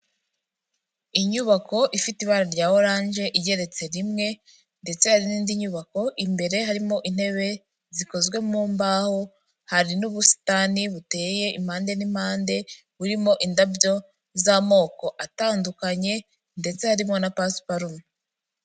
Inyubako ifite ibara rya oranje igeretse rimwe ndetse hari n'indi nyubako imbere harimo intebe zikozwe mu mbaho, hari n'ubusitani buteye impande n'impande burimo indabyo z'amoko atandukanye ndetse harimo na pasiparume.